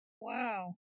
Wow